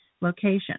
location